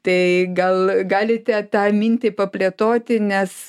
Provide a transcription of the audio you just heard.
tai gal galite tą mintį paplėtoti nes